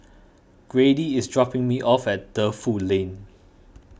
Grady is dropping me off at Defu Lane